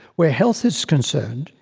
where health is concerned,